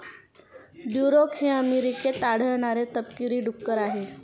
Duroc हे अमेरिकेत आढळणारे तपकिरी डुक्कर आहे